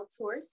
outsource